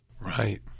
Right